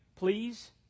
please